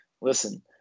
Listen